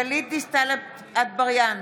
נגד גלית דיסטל אטבריאן,